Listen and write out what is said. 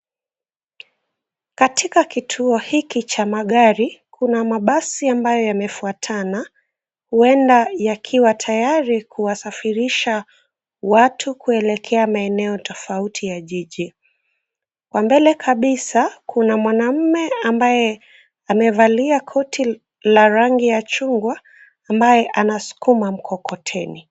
Katika kituo hiki cha magari kuna mabasi ambayo yamefuatana, huenda yakiwa tayari kuwasafirisha watu kuelekea maeneo tofauti ya jiji. Kwa mbele kabisa, kuna mwanaume ambaye amevalia koti la rangi ya chungwa ambaye anasukuma mkokoteni.